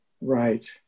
right